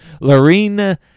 Lorena